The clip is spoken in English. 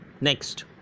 next